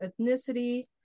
ethnicity